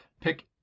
pick